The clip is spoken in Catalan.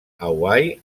hawaii